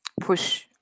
push